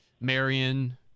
Marion